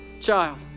child